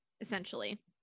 essentially